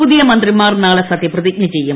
പുതിയ മന്ത്രിമാർ നാളെ സത്യപ്രതിജ്ഞചെയ്യും